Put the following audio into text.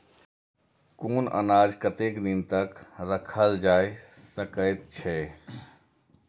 कुनू अनाज कतेक दिन तक रखल जाई सकऐत छै?